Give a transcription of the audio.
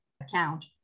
account